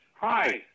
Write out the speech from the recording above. hi